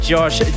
Josh